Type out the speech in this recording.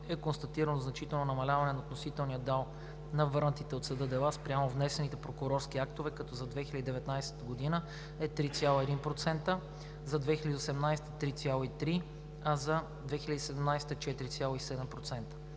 е констатирано значително намаляване на относителния дял на върнатите от съда дела спрямо внесените прокурорски актове, който за 2019 г. е 3,1%, за 2018 г. – 3,3%, а за 2017 г. – 4,7%.